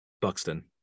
Buxton